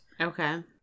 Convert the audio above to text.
Okay